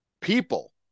people